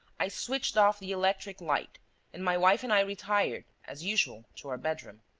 i switched off the electric light and my wife and i retired, as usual, to our bedroom.